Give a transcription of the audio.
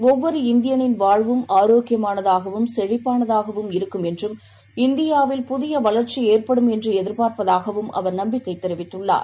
ஒவ்வொரு இந்தியனின் வாழ்வும் ஆரோக்கியமானதாகவும் சுழிப்பானதாகவும் இருக்கும் என்றும் இந்தியாவில் புதியவளர்ச்சிஏற்படும் என்றுஎதிர்பார்ப்பதாகவும் அவர் நம்பிக்கைதெரிவித்துள்ளார்